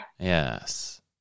Yes